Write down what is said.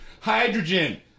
Hydrogen